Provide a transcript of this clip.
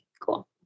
cool